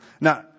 Now